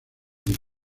del